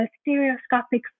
stereoscopic